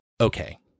Okay